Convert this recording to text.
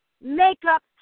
Makeup